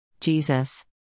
Jesus